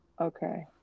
Okay